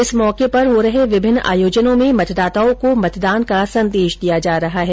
इस मौके पर हो रहे विभिन्न आयोजनों में मतदाताओं को मतदान का संदेश दिया जा रहा है